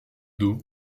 dos